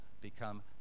become